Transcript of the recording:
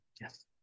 yes